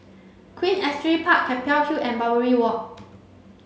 Queen Astrid Park Keppel Hill and Barbary Walk